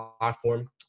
platform